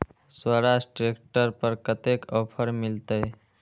Swaraj tractor पर कतेक offer मिलते?